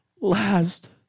last